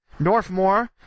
Northmore